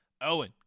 Owen